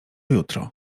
jutro